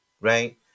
right